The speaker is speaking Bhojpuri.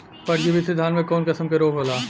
परजीवी से धान में कऊन कसम के रोग होला?